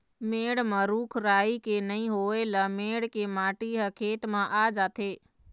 मेड़ म रूख राई के नइ होए ल मेड़ के माटी ह खेत म आ जाथे